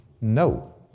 No